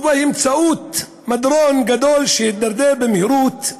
ובגלל מדרון גדול הידרדר במהירות,